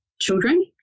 children